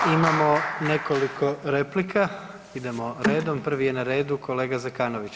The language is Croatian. Imamo nekoliko replika, idemo redom prvi je na redu kolega Zekanović.